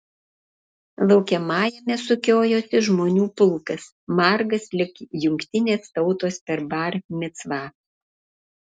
laukiamajame sukiojosi žmonių pulkas margas lyg jungtinės tautos per bar micvą